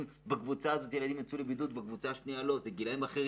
לפעמים בקבוצה הזו ילדים יצאו לבידוד ובקבוצה השנייה לא יצאו לבידוד.